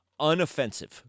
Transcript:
unoffensive